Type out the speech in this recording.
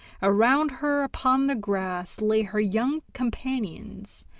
around her upon the grass lay her young companions,